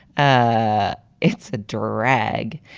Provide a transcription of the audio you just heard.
ah it's a drag.